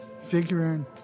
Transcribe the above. figuring